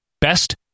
best